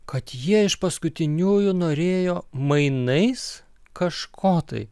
kad jie iš paskutiniųjų norėjo mainais kažko tai